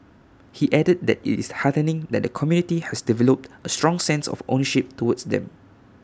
he added that IT is heartening that the community has developed A strong sense of ownership towards them